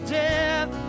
death